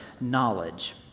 knowledge